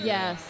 Yes